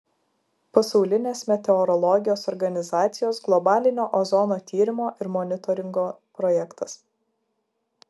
pasaulinės meteorologijos organizacijos globalinio ozono tyrimo ir monitoringo projektas